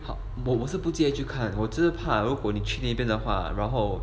好我是不介意去看我只是怕如果你去那边的话然后